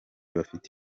bafite